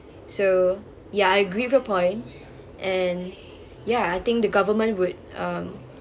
so ya I agree with your point and ya I think the government would um